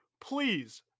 please